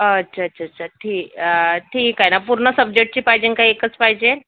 अच्छा अच्छा अच्छा अच्छा ठीक ठीक आहे ना पूर्ण सब्जेक्टची पाहिजेन का एकच पाहिजे